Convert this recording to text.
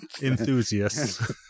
enthusiasts